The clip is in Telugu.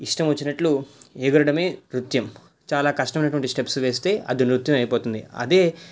ఇష్టం వచ్చినట్లు ఎగరడమే నృత్యం చాలా కష్టమైనటువంటి స్టెప్స్ వేస్తే అది నృత్యం అయిపోతుంది అదే